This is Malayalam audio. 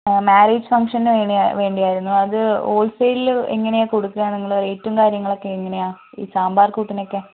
മാര്യേജ് ഫങ്ക്ഷന് വേണ്ടി ആയിരുന്നു അത് ഹോൾസെയിലില് എങ്ങനെയാണ് കൊടുക്കുക നിങ്ങള് റേറ്റും കാര്യങ്ങളൊക്കെ എങ്ങനെയാണ് ഈ സാമ്പാർ കൂട്ടിനൊക്കെ